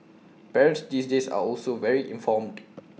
parents these days are also very informed